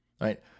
right